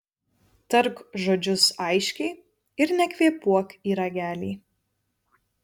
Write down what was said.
tark žodžius aiškiai ir nekvėpuok į ragelį